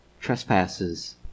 trespasses